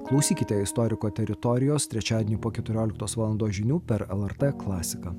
klausykite istoriko teritorijos trečiadienį po keturioliktos valandos žinių per lrt klasiką